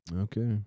Okay